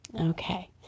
okay